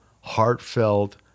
heartfelt